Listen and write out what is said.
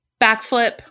backflip